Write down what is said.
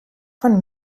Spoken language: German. von